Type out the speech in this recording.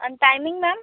आणि timing ma'am